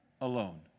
alone